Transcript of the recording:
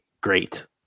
great